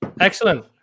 excellent